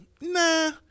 Nah